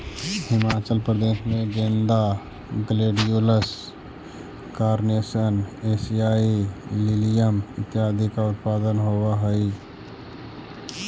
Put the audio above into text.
हिमाचल प्रदेश में गेंदा, gladiolus, carnation, एशियाई लिलियम इत्यादि का उत्पादन होवअ हई